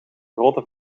grote